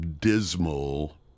dismal